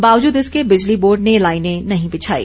बावजूद इसके बिजली बोर्ड ने लाइनें नहीं बिछाई